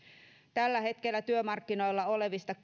tällä hetkellä työmarkkinoilla olevista